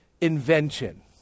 invention